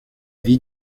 vie